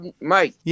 Mike